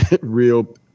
real